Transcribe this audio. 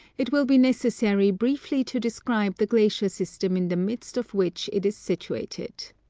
it will be necessary briefly to describe the glacier system in the midst of which it is situated.